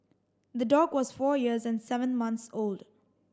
the dog was four years and seven months old